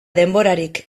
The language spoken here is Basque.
denborarik